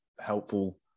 helpful